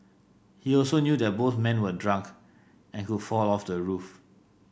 he also knew that both men were drunk and could fall off the roof